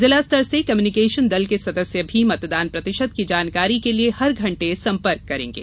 जिला स्तर से कम्यूनिकेशन दल के सदस्य भी मतदान प्रतिशत की जानकारी के लिए हर घण्टे संपर्क करेंगे